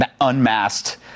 unmasked